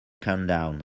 countdown